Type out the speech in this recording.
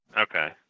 Okay